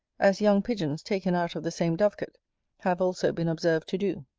as young pigeons taken out of the same dovecote have also been observed to do.